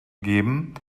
geben